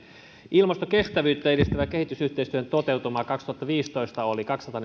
ilmastokestävyyttä edistävän kehitysyhteistyön toteutuma kaksituhattaviisitoista oli